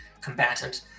combatant